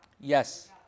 Yes